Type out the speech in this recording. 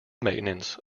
maintenance